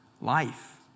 life